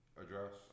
address